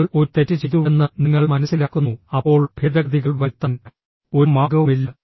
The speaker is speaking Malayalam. നിങ്ങൾ ഒരു തെറ്റ് ചെയ്തുവെന്ന് നിങ്ങൾ മനസ്സിലാക്കുന്നു അപ്പോൾ ഭേദഗതികൾ വരുത്താൻ ഒരു മാർഗവുമില്ല